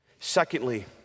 Secondly